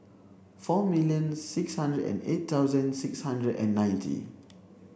four million six hundred and eight thousand six hundred and ninety